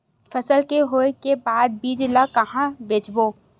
फसल के होय के बाद बीज ला कहां बेचबो?